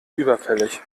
überfällig